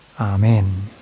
Amen